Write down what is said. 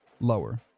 Lower